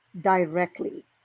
directly